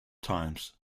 times